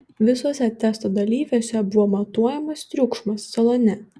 visuose testo dalyviuose buvo matuojamas triukšmas salone